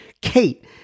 Kate